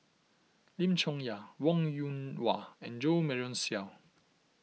Lim Chong Yah Wong Yoon Wah and Jo Marion Seow